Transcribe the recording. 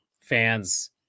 fans